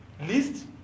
list